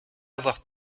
avoir